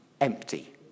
empty